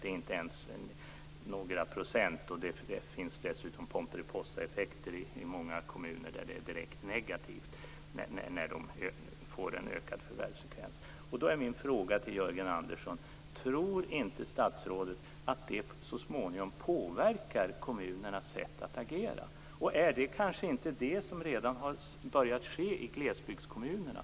Det är inte ens fråga om några procent, och det finns dessutom Pomperipossaeffekter i många kommuner vid ökad förvärvsfrekvens. Tror inte statsrådet att detta så småningom påverkar kommunernas sätt att agera? Är det inte det som har börjat ske i glesbygdskommunerna?